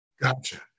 Gotcha